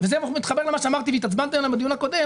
זה מתחבר למה שאמרתי - והתעצבנתם לי בדיון הקודם